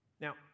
Now